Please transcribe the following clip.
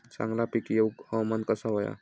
चांगला पीक येऊक हवामान कसा होया?